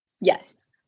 Yes